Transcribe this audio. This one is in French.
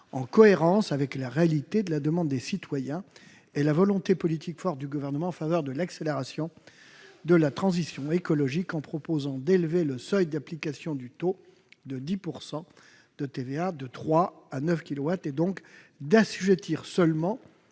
en cohérence avec la réalité de la demande des citoyens et la volonté politique forte du gouvernement en faveur de l'accélération de la transition écologique, en proposant d'élever le seuil d'application du taux de 10 % de TVA de 3 à 9 kilowatts crête, et donc d'assujettir seulement